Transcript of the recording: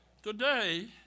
Today